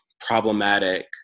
problematic